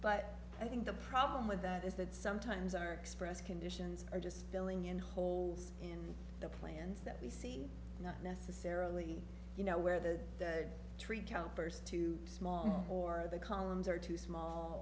but i think the problem with that is that sometimes our express conditions are just filling in holes in the plans that we see not necessarily you know where the tree counters too small or the columns are too small